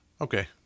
Okay